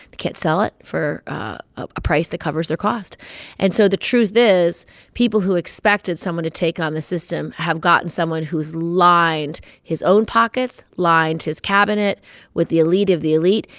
can't sell it for a price that covers their cost and so the truth is people who expected someone to take on the system have gotten someone who's lined his own pockets, lined his cabinet with the elite of the elite.